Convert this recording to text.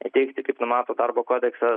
įteikti kaip numato darbo kodekse